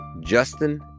Justin